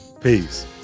Peace